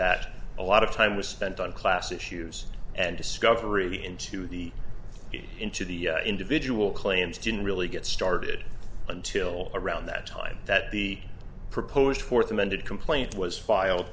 hat a lot of time was spent on class issues and discovery into the into the individual claims didn't really get started until around that time that the proposed fourth amended